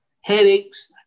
headaches